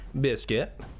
Biscuit